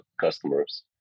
customers